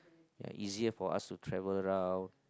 ya easier for us to travel around